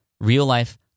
real-life